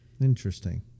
interesting